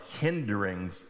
hindering